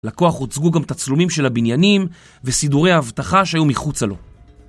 לקוח הוצגו גם תצלומים של הבניינים וסידורי האבטחה שהיו מחוץ לו.